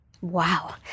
Wow